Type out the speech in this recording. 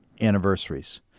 anniversaries